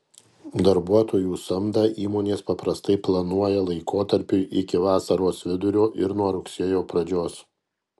darbuotojų samdą įmonės paprastai planuoja laikotarpiui iki vasaros vidurio ir nuo rugsėjo pradžios